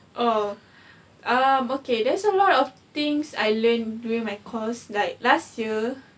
oh um okay there's a lot of things I learn during my course like last year